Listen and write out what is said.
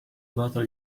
bottle